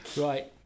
Right